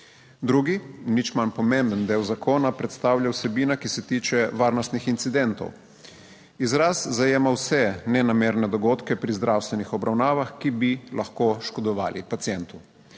Drugi, nič manj pomemben del zakona predstavlja vsebina, ki se tiče varnostnih incidentov. Izraz zajema vse nenamerne dogodke pri zdravstvenih obravnavah, ki bi lahko škodovali pacientu.